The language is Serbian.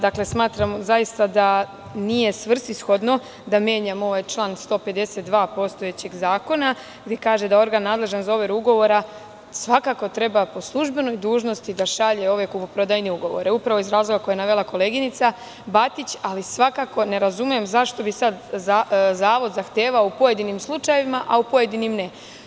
Dakle, zaista smatram da nije svrsishodno da menjamo ovaj član 152. postojećeg zakona, gde se kaže da organ nadležan za overu ugovora svakako treba po službenoj dužnosti da šalje ove kupoprodajne ugovore, upravo iz razloga koje je navela koleginica Batić, ali svakako ne razume zašto bi sada zavod zahtevao u pojedinim slučajevima, a u pojedinim ne.